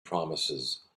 promises